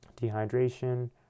dehydration